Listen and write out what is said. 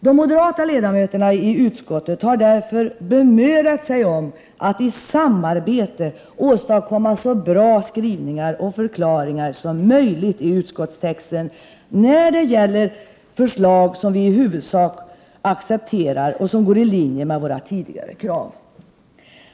De moderata ledamöterna i utskottet har därför bemödat sig om att i samarbete åstadkomma så bra skrivningar och förklaringar som möjligt i utskottstexten när det gäller ett förslag som vi i huvudsak accepterar och som går i linje med våra tidigare krav.